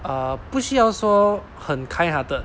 uh 不需要说很 kindhearted